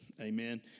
Amen